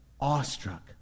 awestruck